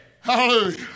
hallelujah